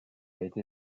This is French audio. été